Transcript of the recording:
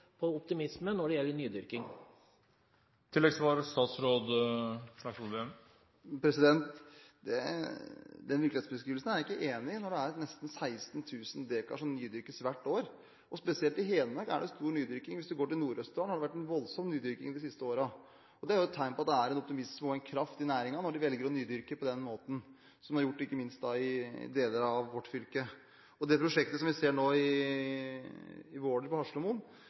nesten 16 000 dekar som nydyrkes hvert år. Og spesielt i Hedmark er det stor nydyrking. Hvis du går til Nord-Østerdalen, har det vært en voldsom nydyrking de siste årene. Det er jo tegn på at det er en optimisme og en kraft i næringen, når de velger å nydyrke på den måten som de har gjort ikke minst i deler av vårt fylke. Det prosjektet vi ser nå i Våler, på